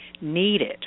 needed